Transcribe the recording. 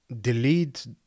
delete